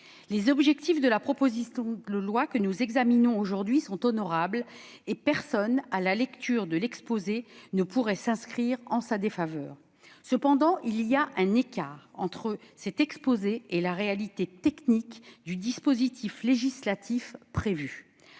Les objectifs de la proposition de loi que nous examinons aujourd'hui sont honorables et personne, à la lecture de l'exposé des motifs, ne pourrait s'inscrire en sa défaveur. Cependant, il existe un écart entre cet exposé et la réalité technique du dispositif législatif prévu.